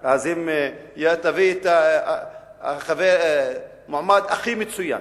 אז אם תביא את המועמד הכי מצוין